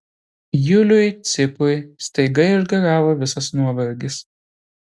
juliui cikui staiga išgaravo visas nuovargis